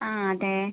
ആ അതെ